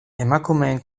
emakumeen